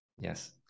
Yes